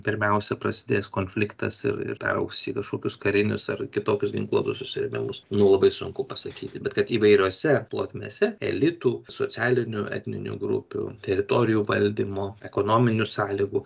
pirmiausia prasidės konfliktas ir ir peraugs į kažkokius karinius ar kitokius ginkluotus susirėmimus nu labai sunku pasakyti bet kad įvairiose plotmėse elitų socialinių etninių grupių teritorijų valdymo ekonominių sąlygų